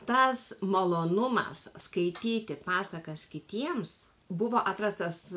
tas malonumas skaityti pasakas kitiems buvo atrastas